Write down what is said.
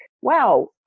wow